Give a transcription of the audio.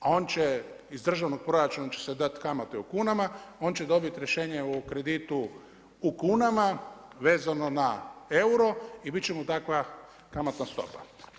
A on će, iz državnog proračuna će se dati kamate u kunama, on će dobiti rješenje o kreditu u kunama, vezano na euro i bit će mu takva kamatna stupa.